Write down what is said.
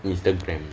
instagram